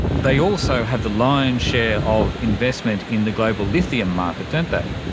they also have the lion's share of investment in the global lithium market, don't they.